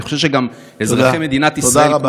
אני חושב שגם אזרחי מדינת ישראל,